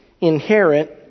inherent